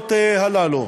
ההבטחות האלה.